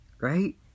Right